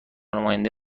نماینده